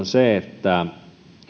se että